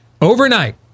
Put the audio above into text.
Overnight